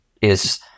is-